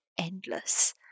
Endless